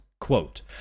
Quote